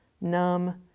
numb